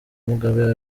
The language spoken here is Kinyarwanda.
mugabe